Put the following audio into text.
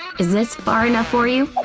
is this far enough for you?